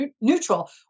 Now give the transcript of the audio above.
neutral